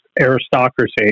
aristocracy